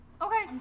Okay